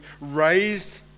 raised